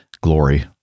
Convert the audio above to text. glory